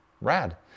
Rad